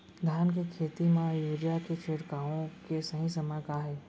धान के खेती मा यूरिया के छिड़काओ के सही समय का हे?